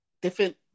different